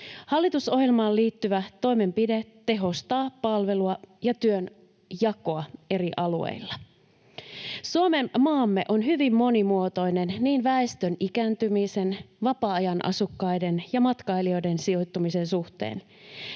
Hallitusohjelmaan liittyvä toimenpide tehostaa palvelua ja työnjakoa eri alueilla. Suomenmaamme on hyvin monimuotoinen, niin väestön ikääntymisen kuin vapaa-ajanasukkaiden ja matkailijoiden sijoittumisen suhteen.